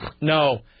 No